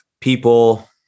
people